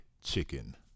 chicken